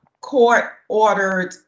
court-ordered